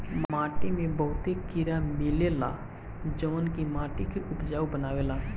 माटी में बहुते कीड़ा मिलेला जवन की माटी के उपजाऊ बनावेला